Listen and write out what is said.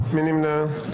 מי נמנע?